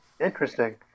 Interesting